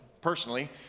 personally